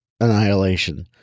Annihilation